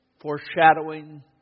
foreshadowing